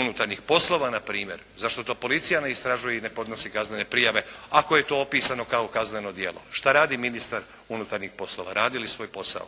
unutarnjih poslova na primjer. Zašto to policija ne istražuje i ne podnosi kaznene prijave ako je to opisano kao kazneno djelo? Što radi ministar unutarnjih poslova? Radi li svoj posao?